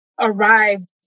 arrived